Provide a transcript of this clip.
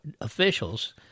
officials